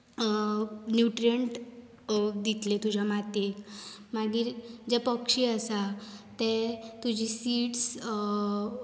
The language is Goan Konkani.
न्युट्रियेंट दितले तुजे मातयेक मागीर जे पक्षी आसात ते तुजी सीड्स